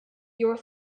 your